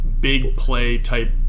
big-play-type